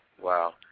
Wow